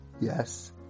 Yes